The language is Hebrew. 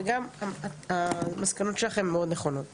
וגם המסקנות שלכם מאוד נכונות.